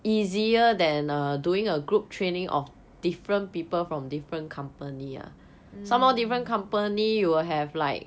mm